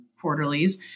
quarterlies